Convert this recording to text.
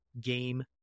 Game